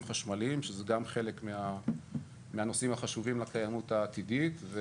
חשמליים שזה גם חלק מהנושאים החשובים לקיימות העתידית.